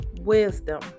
wisdom